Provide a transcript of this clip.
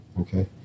Okay